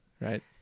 right